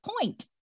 point